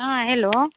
हाँ हेलो